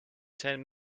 ten